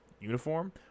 uniform